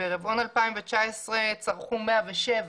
ברבעון 2017 צרכו 107,